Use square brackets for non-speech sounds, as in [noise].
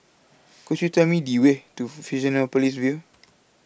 Could YOU Tell Me The Way to Fusionopolis View [noise]